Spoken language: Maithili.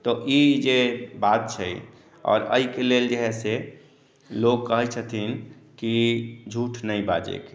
तऽ ई जे बात छै आओर एहिके लेल जे हइ से लोक कहै छथिन कि झूठ नहि बाजयके